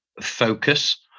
focus